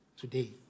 today